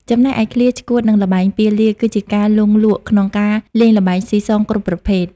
ចំណែកឯឃ្លា ឆ្កួតនិងល្បែងពាលា គឺជាការលង់លក់ក្នុងការលេងល្បែងស៊ីសងគ្រប់ប្រភេទ។